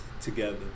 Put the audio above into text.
together